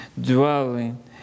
dwelling